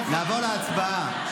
נעבור להצבעה.